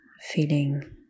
feeling